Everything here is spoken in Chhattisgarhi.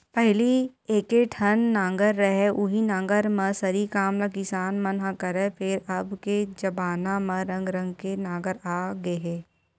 पहिली एके ठन नांगर रहय उहीं नांगर म सरी काम ल किसान मन ह करय, फेर अब के जबाना म रंग रंग के नांगर आ गे हे